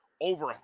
over